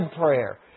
prayer